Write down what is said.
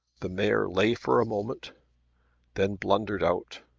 the mare lay for a moment then blundered out,